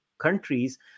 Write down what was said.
countries